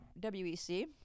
WEC